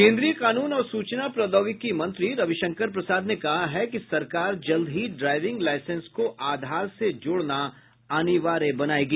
केन्द्रीय कानून और सूचना प्रौद्योगिकी मंत्री रवि शंकर प्रसाद ने कहा है कि सरकार जल्द ही ड्राइविंग लाईसेंस को आधार से जोड़ना अनिवार्य बनाएगी